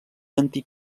antic